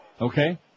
Okay